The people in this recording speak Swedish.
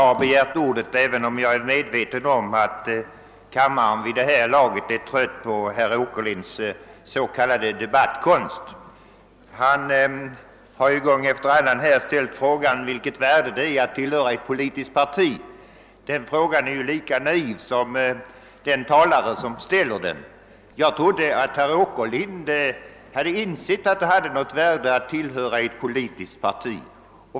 Herr talman! även om jag är medveten om att kammaren vid det här laget är trött på herr Åkerlinds s.k. debattkonst, har jag begärt ordet. Herr Åkerlind har gång efter annan ställt frågan vilket värde det ligger i att tillhöra ett politiskt parti. Den frågan är lika naiv som den talare som ställer den. Jag trodde att herr Åkerlind hade insett att det har ett värde att tillhöra ett politiskt parti.